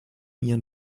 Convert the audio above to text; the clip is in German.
ihren